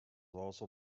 also